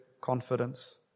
confidence